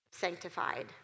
Sanctified